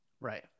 Right